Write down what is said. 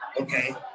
okay